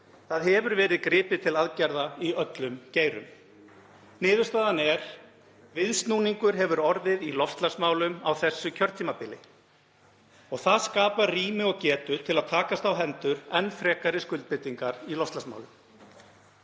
Það hefur verið gripið til aðgerða í öllum geirum. Niðurstaðan er: Viðsnúningur hefur orðið í loftslagsmálum á þessu kjörtímabili. Það skapar rými og getu til að takast á hendur enn frekari skuldbindingar í loftslagsmálum.